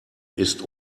ist